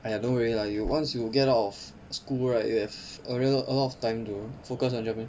!aiya! don't worry lah you once you get out of school right you have a lot of time to focus on japanese